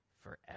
forever